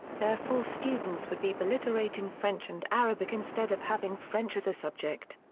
therefore students would be biliterate in french and arabic instead of having french as a subject.